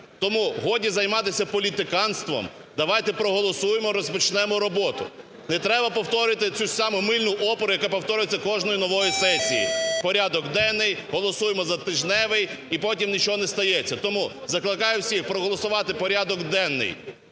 Тому годі займатися політиканством, давайте проголосуємо, розпочнемо роботу. Не треба повторювати цю ж саму мильну оперу, яка повторюється кожної нової сесії – порядок денний, голосуємо за тижневий і потім нічого не стається. Тому закликаю всіх проголосувати порядок денний